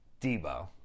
Debo